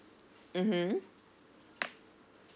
mm